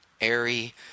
airy